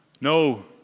No